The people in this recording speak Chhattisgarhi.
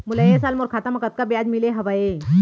मोला ए साल मोर खाता म कतका ब्याज मिले हवये?